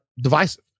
divisive